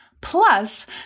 Plus